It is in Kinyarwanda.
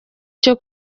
cyo